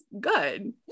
good